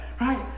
Right